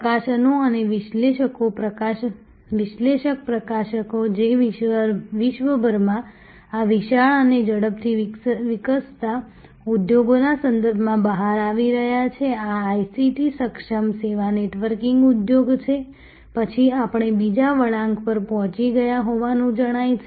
પ્રકાશનો અને વિશ્લેષક પ્રકાશનો જે વિશ્વભરમાં આ વિશાળ અને ઝડપથી વિકસતા ઉદ્યોગના સંદર્ભમાં બહાર આવી રહ્યા છે આ ICT સક્ષમ સેવા નેટવર્કિંગ ઉદ્યોગ પછી આપણે બીજા વળાંક પર પહોંચી ગયા હોવાનું જણાય છે